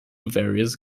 various